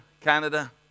Canada